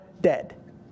dead